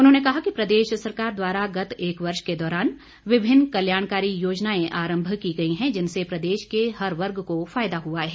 उन्होंने कहा कि प्रदेश सरकार द्वारा गत एक वर्ष के दौरान विभिन्न कल्याणकारी योजनाएं आरम्भ की गई हैं जिनसे प्रदेश के हर वर्ग को फायदा हुआ है